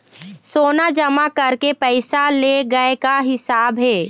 सोना जमा करके पैसा ले गए का हिसाब हे?